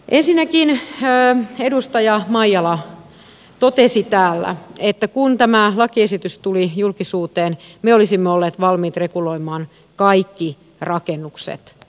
ensinnäkin edustaja maijala totesi täällä että kun tämä lakiesitys tuli julkisuuteen me olisimme olleet valmiit reguloimaan kaikki rakennukset